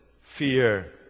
fear